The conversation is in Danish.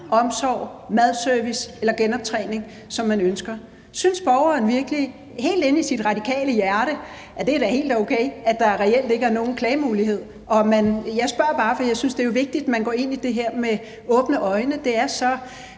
omsorg, madservice eller genoptræning man ønsker? Synes ordføreren virkelig helt inde i sit radikale hjerte, at det da er helt okay, at der reelt ikke er nogen klageadgang? Jeg spørger bare, for jeg synes, det er vigtigt, at man går ind i det her med åbne øjne. Det er,